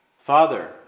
Father